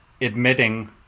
admitting